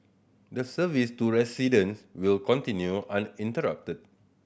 the service to residents will continue uninterrupted